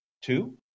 two